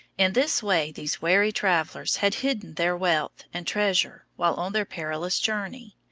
in this way these wary travelers had hidden their wealth and treasure while on their perilous journey.